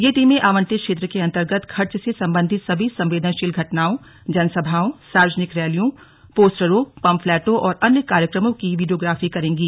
यह टीमें आवंटित क्षेत्र के अन्तर्गत खर्च से संबंधित सभी संवेदनशील घटनाओं जनसभाओं सार्वजनिक रैलियों पोस्टरों पम्फलैटों और अन्य कार्यक्रमों की वीडियोग्राफी करेंगे